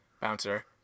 Bouncer